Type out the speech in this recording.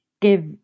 give